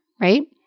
right